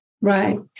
Right